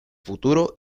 futuro